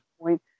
point